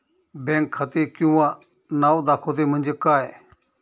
Bank खाते किंवा नाव दाखवते म्हणजे काय?